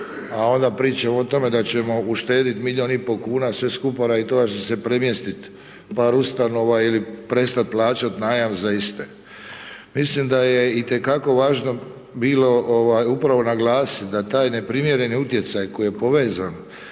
a onda pričamo o tome da ćemo uštedjeti milijun i pol kuna sve skupa zbog toga što će se premjestiti par ustanova ili prestati plaćati najam za iste. Mislim da je itekako važno bilo upravo naglasiti da taj neprimjereni utjecaj koji je povezan